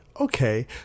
Okay